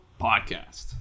Podcast